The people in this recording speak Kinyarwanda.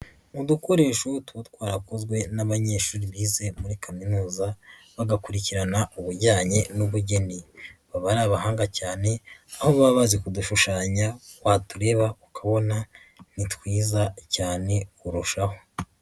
Udukoresho tuba twarakozwe n'abanyeshuri bize muri Kaminuza, bagakurikirana ibijyanye n'ubugeni. Baba ari abahanga cyane, aho baba bazi kudushushanya, watureba ukabona ni twiza cyane kurushaho.